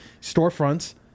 storefronts